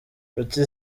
kuki